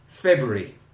February